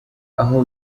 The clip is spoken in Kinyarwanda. aho